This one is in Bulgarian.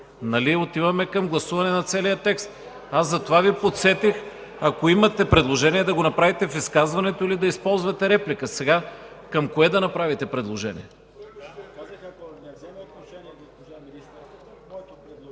отиваме към гласуване на целия текст? Аз затова Ви подсетих, ако имате предложение, да го направите в изказването или да използвате реплика. Сега към кое да направите предложение?